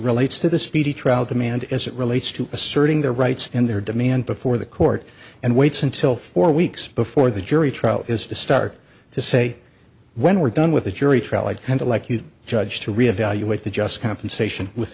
relates to the speedy trial demand as it relates to asserting their rights and their demand before the court and waits until four weeks before the jury trial is to start to say when we're done with a jury trial i kind of like you judge to re evaluate the just compensation with